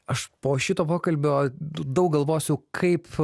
aš po šito pokalbio daug galvosiu kaip